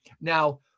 Now